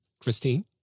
Christine